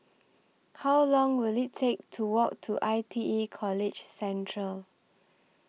How Long Will IT Take to Walk to I T E College Central